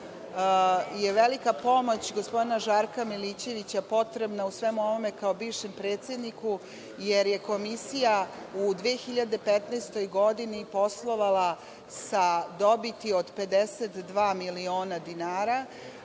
je velika pomoć gospodina Žarka Milićevića, potrebna u svemu ovome, kao bivšem predsedniku, jer je komisija u 2015. godini, poslovala sa dobiti od 52 miliona dinara